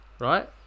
right